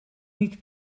niet